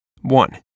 One